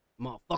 motherfucker